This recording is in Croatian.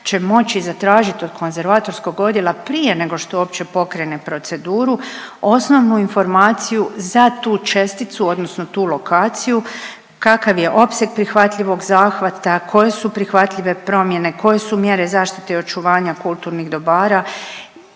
će moći zatražiti od konzervatorskog odjela prije nego što uopće pokrene proceduru osnovnu informaciju za tu česticu, odnosno tu lokaciju kakav je opseg prihvatljivog zahvata, koje su prihvatljive promjene, koje su mjere zaštite očuvanja kulturnih dobara,